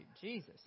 Jesus